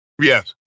Yes